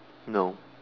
no